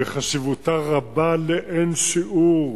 וחשיבותה רבה לאין שיעור,